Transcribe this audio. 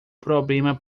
problema